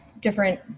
different